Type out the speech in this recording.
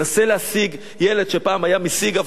ילד שפעם היה משיג עבודה,